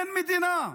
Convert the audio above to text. אין מדינה.